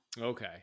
Okay